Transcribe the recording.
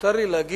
מותר לי להגיד